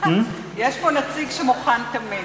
יש פה נציג שמוכן תמיד.